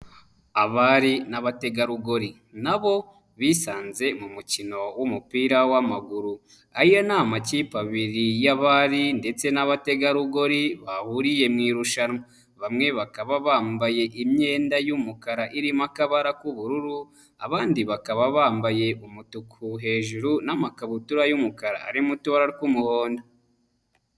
Abari n'abategarugori na bo bisanze mu mukino w'umupira w'amaguru. Aya ni amakipe abiri y'abari ndetse n'abategarugori bahiriye mu irushanwa. Bamwe bakaba bambaye imyenda y'umukara irimo akabara k'ubururu, abandi bakaba bambaye umutuku hejuru n'amakabutura y'umukara arimo utubara tw'umuhondo.